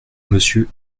monsieur